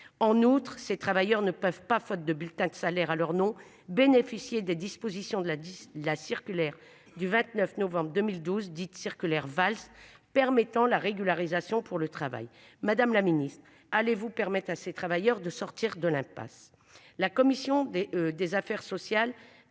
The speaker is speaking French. en outre ces travailleurs ne peuvent pas faute de bulletins de salaire à leur noms bénéficier des dispositions de la dit la circulaire du 29 novembre 2012. Dites circulaire Valls permettant la régularisation pour le travail, madame la ministre allez-vous permettent à ces travailleurs de sortir de l'impasse.